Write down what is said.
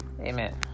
Amen